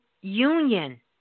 union